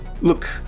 look